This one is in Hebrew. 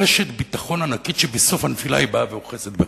רשת ביטחון ענקית שבסוף הנפילה היא באה ואוחזת בך.